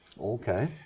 Okay